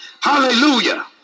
Hallelujah